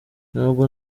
ntabwo